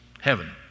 Heaven